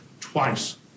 twice